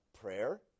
prayer